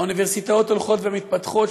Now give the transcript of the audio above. האוניברסיטאות הולכות ומתפתחות.